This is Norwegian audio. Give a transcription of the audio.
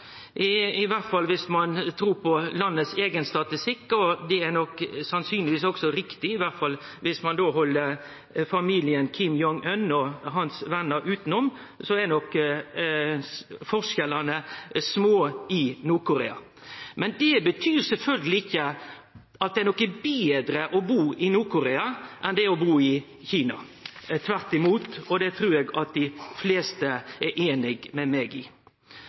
i alle fall om ein trur på landets eigen statistikk, og den er nok sannsynleg også riktig. I alle fall om ein held familien Kim Jong-un og hans venner utanom, er nok forskjellane små i Nord-Korea. Det betyr sjølvsagt ikkje at det er betre å bu i Nord-Korea enn det er å bu i Kina. Tvert imot, og det trur eg dei aller fleste er einige med meg i.